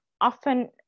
often